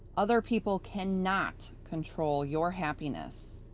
other people cannot control your happiness.